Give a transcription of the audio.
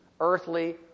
earthly